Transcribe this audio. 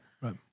Right